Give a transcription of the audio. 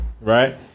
Right